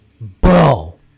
BRO